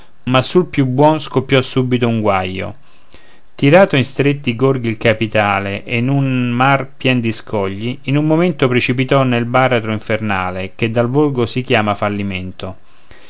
ma sul più buon scoppiò subito un guaio tirato in stretti gorghi il capitale e in un mar pien di scogli in un momento precipitò nel baratro infernale che dal volgo si chiama fallimento